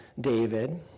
David